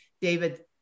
david